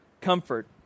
comfort